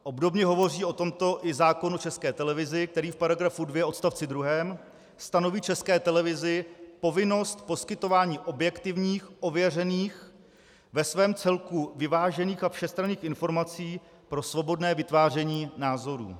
Obdobně hovoří o tomto i zákon o České televizi, který v § 2 odst. 2 stanoví České televizi povinnost poskytování objektivních, ověřených, ve svém celku vyvážených a všestranných informací pro svobodné vytváření názorů.